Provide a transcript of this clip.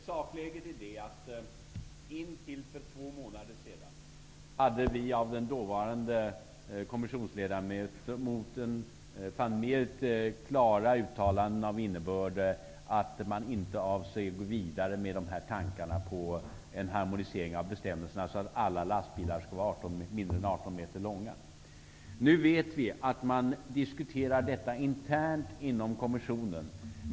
Sakläget är det att intill för två månader sedan hade vi av den dåvarande kommissionsledamoten van Miert klara uttalanden av innebörden att man inte avser att gå vidare med tankarna på en harmonisering av bestämmelserna så, att alla lastbilar skall vara mindre än 18 meter långa. Nu vet vi att man diskuterar detta internt inom kommissionen.